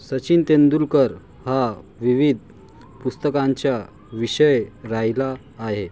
सचिन तेंडुलकर हा विविध पुस्तकांच्या विषय राहिला आहे